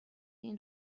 این